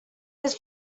his